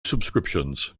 subscriptions